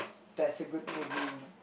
that's a good movie